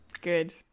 Good